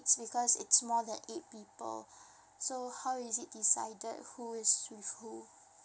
because it's more than eight people so how is it decided who is with who